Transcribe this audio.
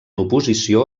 oposició